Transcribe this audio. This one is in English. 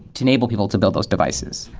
to enable people to build those devices.